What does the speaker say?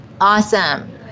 Awesome